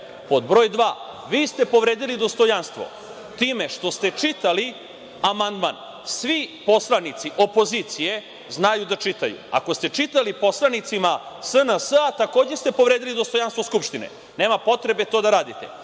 broj dva, vi ste povredili dostojanstvo time što ste čitali amandman. Svi poslanici opozicije znaju da čitaju. Ako ste čitali poslanicima SNS, takođe ste povredili dostojanstvo Skupštine. Nema potrebe to da radite.